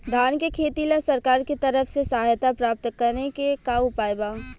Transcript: धान के खेती ला सरकार के तरफ से सहायता प्राप्त करें के का उपाय बा?